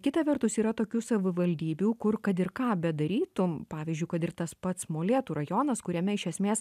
kita vertus yra tokių savivaldybių kur kad ir ką bedarytum pavyzdžiui kad ir tas pats molėtų rajonas kuriame iš esmės